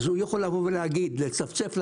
אז הוא יכול לבוא ולהגיד, לצפצף לנהג,